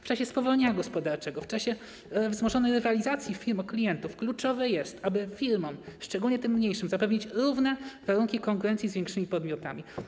W czasie spowolnienia gospodarczego, w czasie wzmożonej rywalizacji firm o klientów kluczowe jest, aby firmom, szczególnie tym mniejszym, zapewnić równe warunki konkurencji z większymi podmiotami.